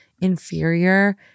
inferior